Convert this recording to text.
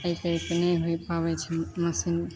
एहिपर तऽ नहि होइ पाबै छै मशीन